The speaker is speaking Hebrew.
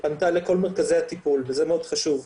פנתה לכל מרכזי הטיפול וזה חשוב מאוד.